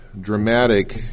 dramatic